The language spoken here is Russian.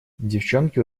девчонки